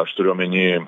aš turiu omeny